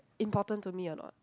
important to me or not